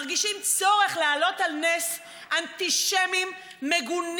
מרגישים צורך להעלות על נס אנטישמים מגונים,